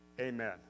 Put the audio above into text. Amen